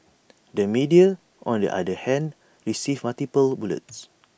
the media on the other hand received multiple bullets